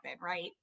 right